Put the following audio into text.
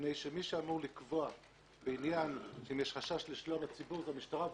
מי שאמור לקבוע אם יש חשש לשלום הציבור זה המשטרה,